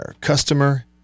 customer